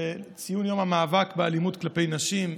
ציון יום המאבק באלימות כלפי נשים.